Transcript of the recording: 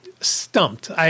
stumped